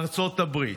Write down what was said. ארצות הברית.